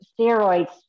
steroids